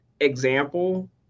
example